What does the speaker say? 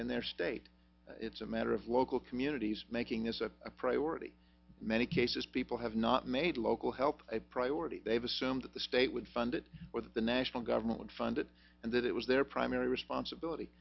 in their state it's a matter of local communities making this a priority many cases people have not made local help a priority they've assumed that the state would fund it with the national government would fund it and that it was their primary responsibility